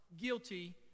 guilty